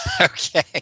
Okay